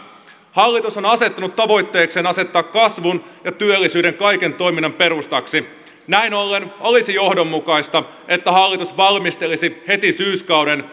hallitus on asettanut tavoitteekseen asettaa kasvun ja työllisyyden kaiken toiminnan perustaksi näin ollen olisi johdonmukaista että hallitus valmistelisi heti syyskauden